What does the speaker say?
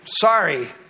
Sorry